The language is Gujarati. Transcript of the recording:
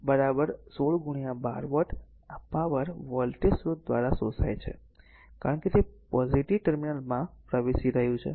તેથી p હશે r 16 12 વોટ આ પાવર આ વોલ્ટેજ સ્રોત દ્વારા શોષાય છે કારણ કે તે પોઝિટિવ ટર્મિનલમાં પ્રવેશી રહ્યું છે